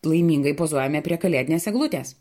laimingai pozuojame prie kalėdinės eglutės